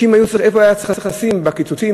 איפה היה צריך לשים בקיצוצים,